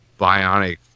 bionic